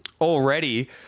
already